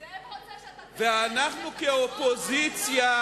זאב רוצה שאתה, אבל אתה לא עונה לשאלה,